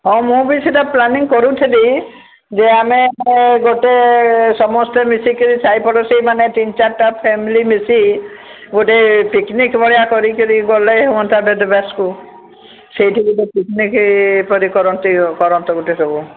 ହଁ ମୁଁ ବି ସେଇଟା ପ୍ଲାନିଂ କରୁଥିଲି ଯେ ଆମେ ଗୋଟେ ସମସ୍ତେ ମିଶି କିରି ସାହି ପଡ଼ୋଶୀମାନେ ତିନି ଚାରିଟା ଫ୍ୟାମିଲୀ ମିଶି ଗୋଟେ ପିକ୍ନିକ୍ ଭଳିଆ କରିକିରି ଗଲେ ହୁଅନ୍ତା ବେଦବ୍ୟାସକୁ ସେଇଠି ଗୋଟେ ପିକ୍ନିକ୍ ପରି କରନ୍ତେ କରନ୍ତେ ସବୁ